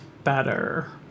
better